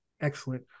Excellent